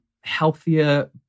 healthier